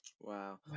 Wow